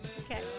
okay